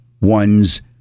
one's